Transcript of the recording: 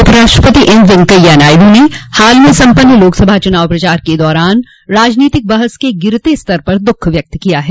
उपराष्ट्रपति एम वैंकैया नायडू ने हाल में सम्पन्न लोकसभा चुनाव प्रचार के दौरान राजनीतिक बहस के गिरते स्तर पर दुःख व्यक्त किया है